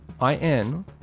I-N